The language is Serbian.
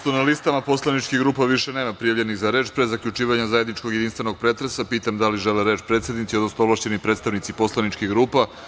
Pošto na listama poslaničkih grupa više nema prijavljenih za reč, pre zaključivanja zajedničkog načelnog jedinstvenog pretresa, pitam da li žele predsednici, odnosno ovlašćeni predstavnici poslaničkih grupa reč?